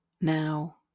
now